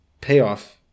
payoff